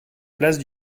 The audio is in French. place